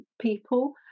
people